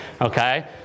Okay